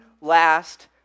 last